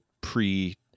pre